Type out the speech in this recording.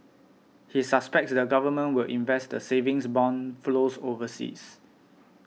he suspects the government would invest the savings bond flows overseas